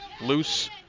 Loose